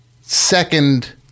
second